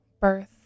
birth